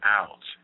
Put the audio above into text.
out